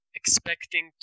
expecting